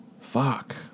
Fuck